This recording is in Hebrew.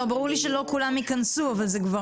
לא זה ברור לי שלא כולם ייכנסו אבל זה כבר